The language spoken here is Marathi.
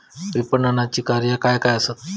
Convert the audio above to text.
विपणनाची कार्या काय काय आसत?